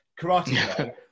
karate